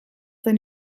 zen